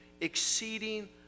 exceeding